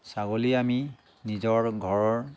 ছাগলী আমি নিজৰ ঘৰৰ